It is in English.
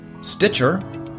Stitcher